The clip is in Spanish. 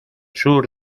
sur